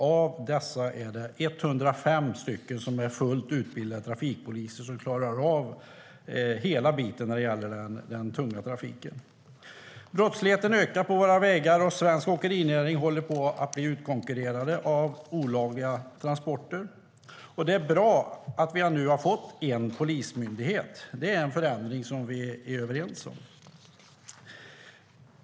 Av dessa är 105 fullt utbildade trafikpoliser som klarar av hela den tunga trafiken. Brottsligheten ökar på våra vägar. Svensk åkerinäring håller på att bli utkonkurrerad av olagliga transporter. Det är bra att det nu har blivit en polismyndighet. Det är en förändring som vi var överens om.